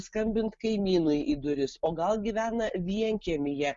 skambint kaimynui į duris o gal gyvena vienkiemyje